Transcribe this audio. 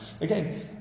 Again